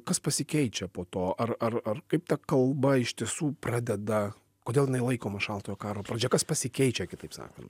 kas pasikeičia po to ar ar ar kaip ta kalba iš tiesų pradeda kodėl jinai laikoma šaltojo karo pradžia kas pasikeičia kitaip sakant